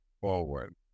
forward